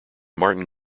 martin